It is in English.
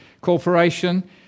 Corporation